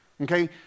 Okay